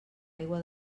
aigua